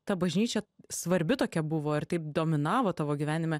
ta bažnyčia svarbi tokia buvo ir taip dominavo tavo gyvenime